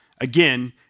again